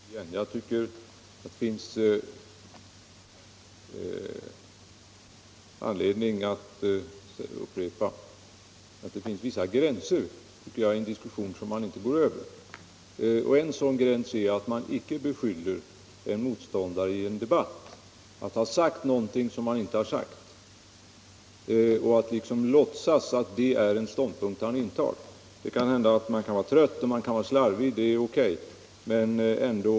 Herr talman! Jag skall fatta mig mycket kort: Jag tycker att det finns anledning att upprepa att det finns vissa gränser i en diskussion som man inte går över. En sådan gräns är att man inte beskyller en motståndare i en debatt för att ha sagt någonting som han inte har sagt — och låtsas att det är en ståndpunkt han intagit. Man kan vara trött, man kan vara slarvig — det är O.K.